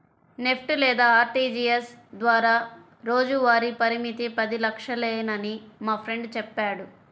NEFT లేదా RTGS ద్వారా రోజువారీ పరిమితి పది లక్షలేనని మా ఫ్రెండు చెప్పాడు